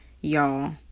y'all